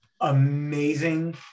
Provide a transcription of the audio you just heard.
amazing